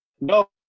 No